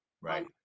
right